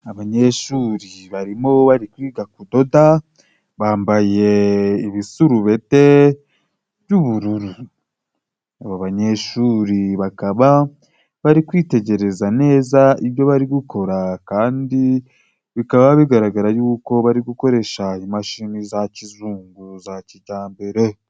Abanyeshuri barimo bari kwiga kudoda bambaye ibisurubete by'ubururu. Aba banyeshuri bakaba bari kwitegereza neza ibyo bari gukora, kandi bikaba bigaragara yuko bari gukoresha imashini za kizungu za kijyambere.